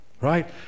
right